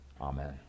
amen